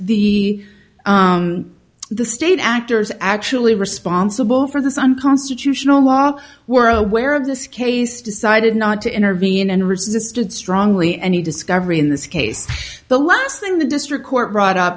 the the state actors actually responsible for this unconstitutional law were aware of this case decided not to intervene and resisted strongly any discovery in this case the last thing the district court brought up